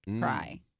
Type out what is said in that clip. cry